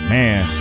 Man